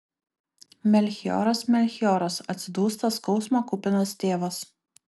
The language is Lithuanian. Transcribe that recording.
melchioras melchioras atsidūsta skausmo kupinas tėvas